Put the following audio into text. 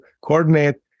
coordinate